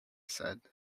said